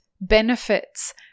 benefits